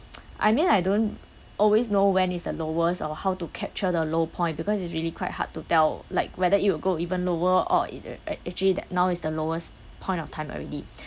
I mean I don't always know when is the lowest or how to capture the low point because it's really quite hard to tell like whether it will go even lower or e~ at at actually that now is the lowest point of time already